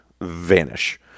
vanish